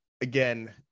again